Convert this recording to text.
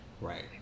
right